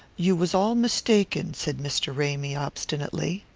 you was all mistaken, said mr. ramy obstinately.